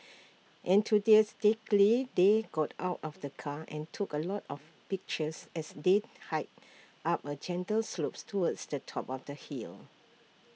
enthusiastically they got out of the car and took A lot of pictures as they hiked up A gentle slopes towards the top of the hill